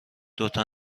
دوتا